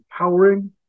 empowering